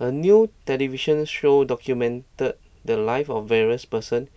a new television show documented the lives of various person